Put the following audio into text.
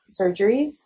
surgeries